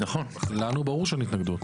לנו אין התנגדות.